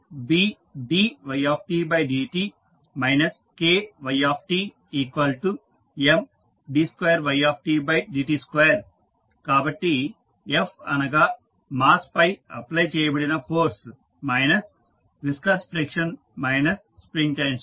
ft Bdytdt Kyt Md2ytdt2 కాబట్టి f అనగా mass పై అప్లై చేయబడిన force minus viscous friction minus spring tension